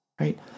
right